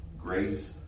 grace